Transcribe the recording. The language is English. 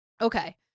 Okay